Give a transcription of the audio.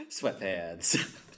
sweatpants